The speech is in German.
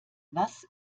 was